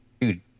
Dude